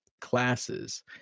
classes